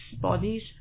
bodies